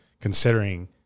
considering